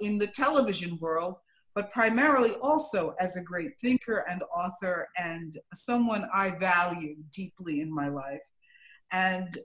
in the television world but primarily also as a great thinker and author and someone i value deeply in my life